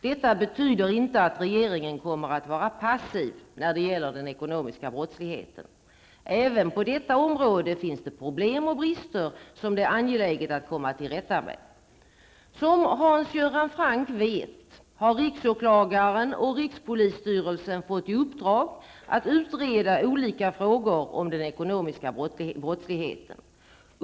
Detta betyder inte att regeringen kommer att vara passiv när det gäller den ekonomiska brottsligheten. Även på detta område finns det problem och brister som det är angeläget att komma till rätta med. Som Hans Göran Franck vet har riksåklagaren och rikspolisstyrelsen fått i uppdrag att utreda olika frågor om den ekonomiska brottsligheten.